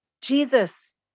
Jesus